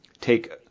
take